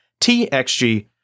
TXG